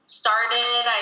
started